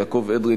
יעקב אדרי,